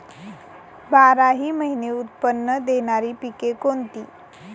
बाराही महिने उत्त्पन्न देणारी पिके कोणती?